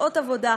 שעות עבודה.